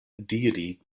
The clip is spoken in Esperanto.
diri